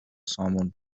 سامون